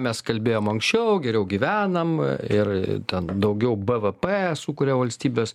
mes kalbėjom anksčiau geriau gyvenam ir ten daugiau bvp sukuria valstybės